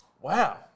wow